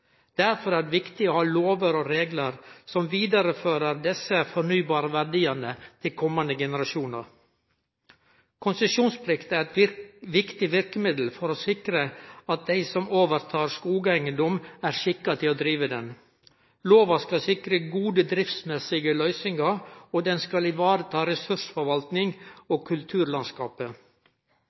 Derfor er det viktig å ha lover og reglar som vidarefører desse fornybare verdiane til kommande generasjonar. Konsesjonsplikta er eit viktig verkemiddel for å sikre at dei som tek over skogeigedom, er skikka til å drive han. Lova skal sikre gode driftsmessige løysingar, og ho skal vareta ressursforvalting og